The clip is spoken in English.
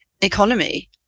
economy